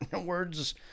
Words